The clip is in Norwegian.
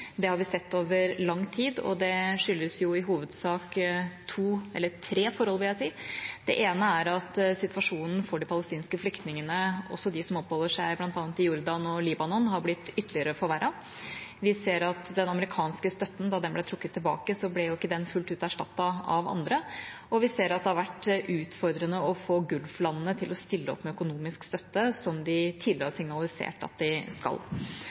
det har vi sett over lang tid. Det skyldes i hovedsak tre forhold, vil jeg si. Det ene er at situasjonen for de palestinske flyktningene, også de som oppholder seg bl.a. i Jordan og Libanon, har blitt ytterligere forverret. Vi ser at da den amerikanske støtten ble trukket tilbake, ble den ikke fullt ut erstattet av andre. Vi ser også at det har vært utfordrende å få gulflandene til å stille opp med økonomisk støtte, som de tidligere har signalisert at de skal.